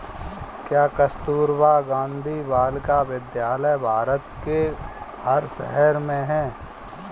क्या कस्तूरबा गांधी बालिका विद्यालय भारत के हर शहर में है?